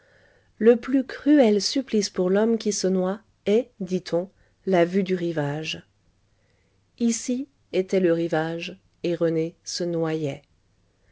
le plus cruel supplice pour l'homme qui se noie est dit-on la vue du rivage ici était le rivage et rené se noyait